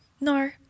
no